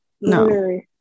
no